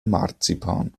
marzipan